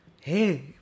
Hey